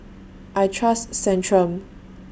I Trust Centrum